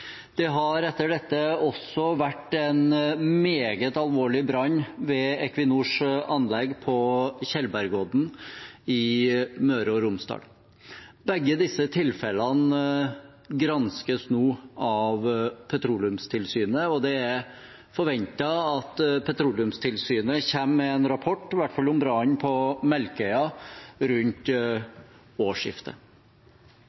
Det har etter dette også vært en meget alvorlig brann ved Equinors anlegg på Tjeldbergodden i Møre og Romsdal. Begge disse tilfellene granskes nå av Petroleumstilsynet, og det er forventet at Petroleumstilsynet kommer med en rapport, i hvert fall om brannen på Melkøya, rundt